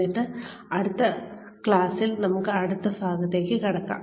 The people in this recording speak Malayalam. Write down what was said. എന്നിട്ട് അടുത്ത ക്ലാസ്സിൽ അടുത്ത ഭാഗത്തേക്ക് കടക്കും